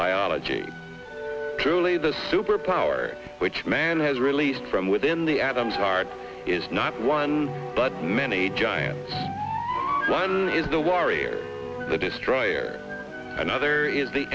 biology truly the super power which man has released from within the adams heart is not one but many giant one is the warrior the destroyer another is the